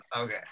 Okay